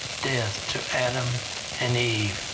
death to adam and eve,